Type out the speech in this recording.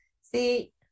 See